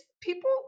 people